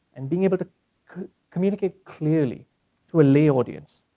and being able to communicate clearly to a lay audience.